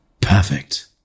perfect